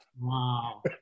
Wow